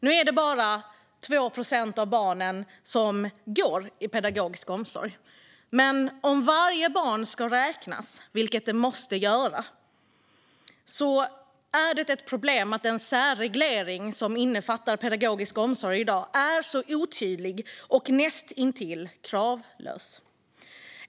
Nu är det bara 2 procent av barnen som går i pedagogisk omsorg, men om varje barn ska räknas, vilket man måste göra, är det ett problem att en särreglering som innefattar pedagogisk omsorg i dag är så otydlig och näst intill kravlös.